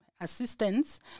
assistance